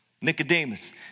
Nicodemus